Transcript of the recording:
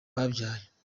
babyaye